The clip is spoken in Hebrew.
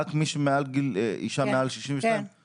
רק אישה מעל גיל 62. כן,